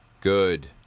Good